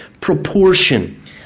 proportion